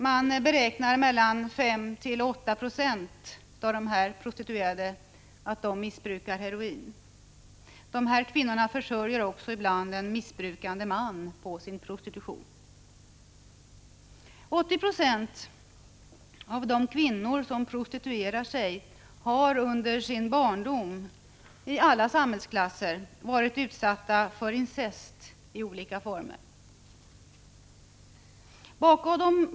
Man beräknar att 5-8 96 av dem missbrukar heroin. De försörjer ibland också en missbrukande man på sin prostitution. 80 96 av de kvinnor som prostituerar sig har under sin barndom — det gäller kvinnor från alla samhällsklasser — varit utsatta för incest i olika former.